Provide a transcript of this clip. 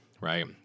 right